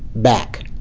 back